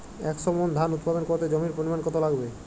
একশো মন ধান উৎপাদন করতে জমির পরিমাণ কত লাগবে?